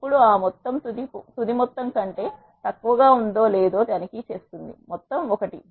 ఇప్పుడు ఆ మొత్తం తుది మొత్తం కంటే తక్కువగా ఉందో లేదో తనిఖీ చేస్తుంది మొత్తం 1